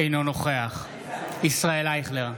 אינו נוכח ישראל אייכלר,